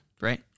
Right